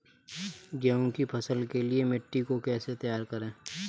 गेहूँ की फसल के लिए मिट्टी को कैसे तैयार करें?